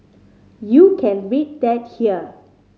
you can read that here